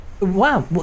Wow